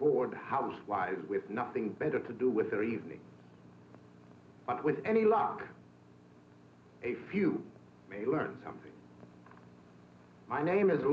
or housewives with nothing better to do with their evening with any luck a few learn something my name is